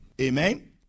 Amen